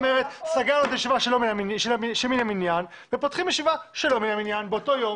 סגרת ישיבה מן המניין ופותחים ישיבה שלא מן המניין באותו יום.